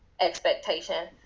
expectation